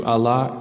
Allah